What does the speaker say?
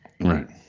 Right